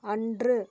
அன்று